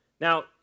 Now